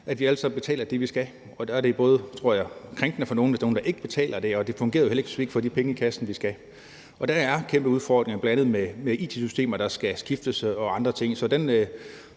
at vi alle sammen betaler det, vi skal, og det er krænkende for nogle, hvis der er nogle, der ikke betaler, og det fungerer jo heller ikke, hvis vi ikke får de penge i kassen, vi skal. Der er kæmpe udfordringer, bl.a. med it-systemer, der skal skiftes, og andre ting.